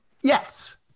Yes